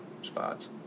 Spots